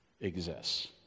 exists